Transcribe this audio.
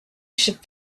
should